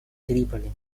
триполи